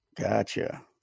gotcha